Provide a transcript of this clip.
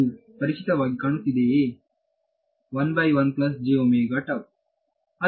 ಇದು ಪರಿಚಿತವಾಗಿ ಕಾಣಿಸುತ್ತದೆಯೇ